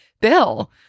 bill